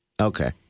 Okay